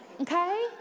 Okay